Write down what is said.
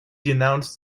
denounced